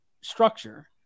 structure